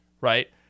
right